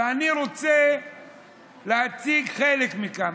ואני רוצה להציג חלק מכך.